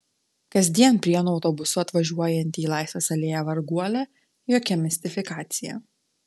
kasdien prienų autobusu atvažiuojanti į laisvės alėją varguolė jokia mistifikacija